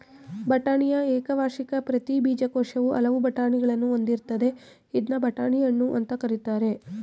ಬಟಾಣಿಯ ಏಕವಾರ್ಷಿಕ ಪ್ರತಿ ಬೀಜಕೋಶವು ಹಲವು ಬಟಾಣಿಗಳನ್ನು ಹೊಂದಿರ್ತದೆ ಇದ್ನ ಬಟಾಣಿ ಹಣ್ಣು ಅಂತ ಕರೀತಾರೆ